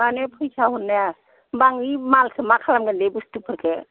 मानो फैसा हरनो हाया होमबा आं इ मालखौ मा खालामगोन बे बस्थुफोरखो